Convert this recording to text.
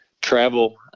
travel